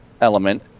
element